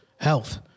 health